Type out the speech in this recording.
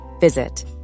visit